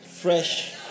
Fresh